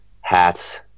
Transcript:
Hats